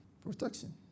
Protection